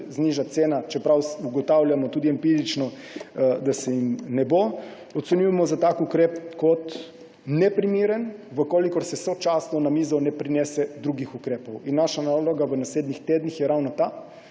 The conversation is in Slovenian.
znižati cena – čeprav ugotavljamo tudi empirično, da se jim ne bo – ocenjujemo kot neprimeren ukrep, če se sočasno na mizno ne prinese drugih ukrepov. In naša naloga v naslednjih tednih je ravno ta,